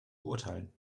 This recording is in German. beurteilen